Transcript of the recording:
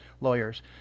lawyers